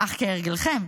אך כהרגלכם,